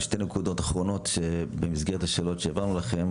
שתי נקודות אחרונות במסגרת השאלות שהעברנו לכם.